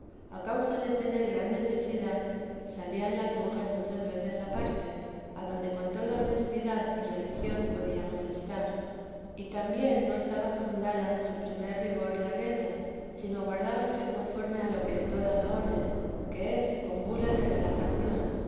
a causa de tener gran necesidad salían las monjas muchas veces a partes adonde con toda honestidad y religión podíamos estar y también no estaba fundada en su primer rigor la regla sino guardábase conforme a lo que en toda la orden que es con bula de relajación